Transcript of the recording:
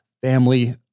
family